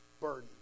burden